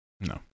No